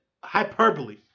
hyperbole